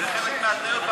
זה חלק מההתניות.